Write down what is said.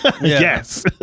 yes